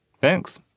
Thanks